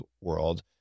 world